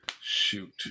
Shoot